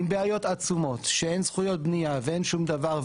עם בעיות עצומות שאין זכויות בנייה ואין שום דבר,